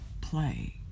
play